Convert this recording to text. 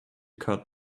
cut